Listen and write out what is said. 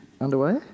underway